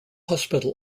hospital